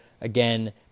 Again